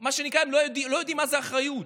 הם לא יודעים מה זה אחריות.